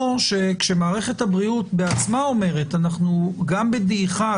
או מודל שמערכת הבריאות בעצמה אומרת: אנחנו גם בדעיכה,